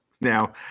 Now